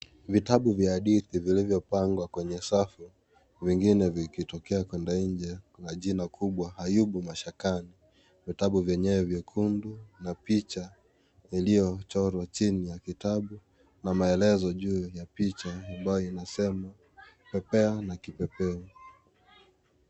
Vitabu vya hadithi vilivyopangwa kwenye safu vingine vikitokea pande ya nje na jina kubwa Ayubu mashakani , vitabu vyenyewe nyekundu na picha iliyochorwa chini ya kitabu na maelezo juu ya picha ambayo inasema pepea na kipepeo.